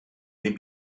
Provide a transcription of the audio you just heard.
dem